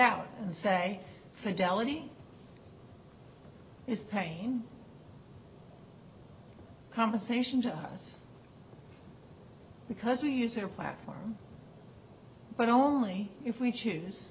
out and say fidelity is paying compensation to us because we use their platform but only if we choose